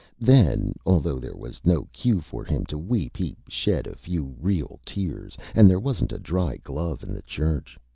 then, although there was no cue for him to weep, he shed a few real tears. and there wasn't a dry glove in the church.